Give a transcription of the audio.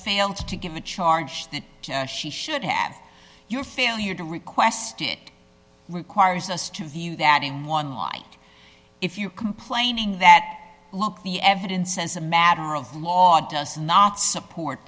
failed to give the charge that she should have your failure to request it requires us to view that in one light if you're complaining that look the evidence as a matter of law does not support